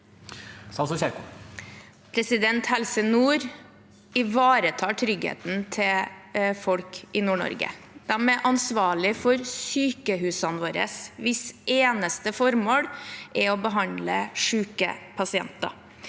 Helse Nord ivaretar tryggheten til folk i Nord-Norge. De er ansvarlig for sykehusene våre, hvis eneste formål er å behandle syke pasienter.